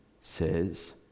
says